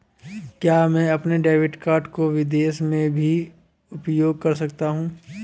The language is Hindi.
क्या मैं अपने डेबिट कार्ड को विदेश में भी उपयोग कर सकता हूं?